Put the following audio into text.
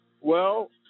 Well-